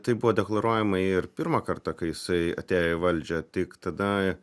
tai buvo deklaruojama ir pirmą kartą kai jisai atėjo į valdžią tik tada